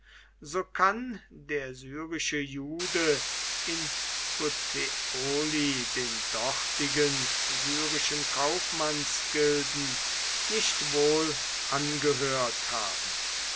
so kann der syrische jude in puteoli den dortigen syrischen kaufmannsgilden nicht wohl angehört haben